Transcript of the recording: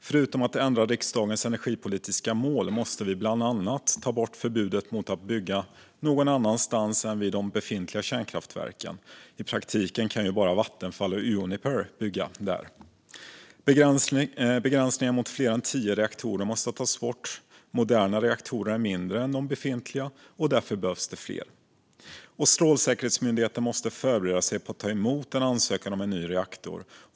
Förutom att ändra riksdagens energipolitiska mål måste vi bland annat göra följande: Ta bort förbudet mot att bygga någon annanstans än vid de befintliga kärnkraftverken. I praktiken kan ju bara Vattenfall och Uniper bygga där. Ta bort begränsningen mot fler än tio reaktorer. Moderna reaktorer är mindre än de befintliga, och därför behövs fler. Se till att Strålsäkerhetsmyndigheten förbereder sig på att ta emot en ansökan om en ny reaktor.